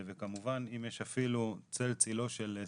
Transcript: וכמובן אם יש אפילו צל צילו של ספק,